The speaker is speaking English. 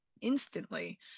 instantly